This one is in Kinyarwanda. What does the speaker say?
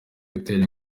gutera